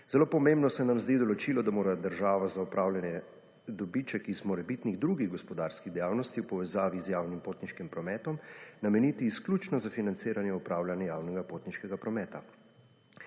Zelo pomembno se nam zdi določilo, da mora država za opravljanje, dobiček iz morebitnih drugih gospodarskih dejavnosti v povezavi z javnim potniškim prometom, nameniti izključno za financiranje upravljanja javnega potniškega prometa.